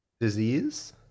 disease